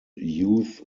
youth